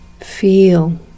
Feel